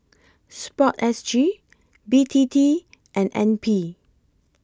Sport S G B T T and N P